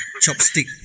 chopstick